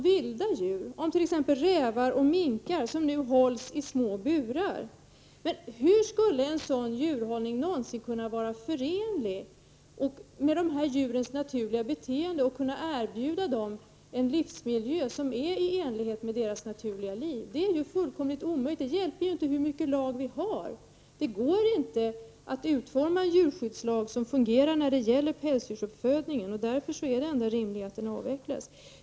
Vilda djur, som rävar och minkar, hålls i små burar. Hur skulle en sådan djurhållning någonsin kunna vara förenlig med dessa djurs naturliga beteende och erbjuda dem en livsmiljö i enlighet med deras liv? Det är fullkomligt omöjligt. Det hjälper inte hur många lagar vi än har. Det går inte att utforma en fungerande djurskyddslag för pälsdjursuppfödning. Därför är det enda rimliga att sådan uppfödning avvecklas.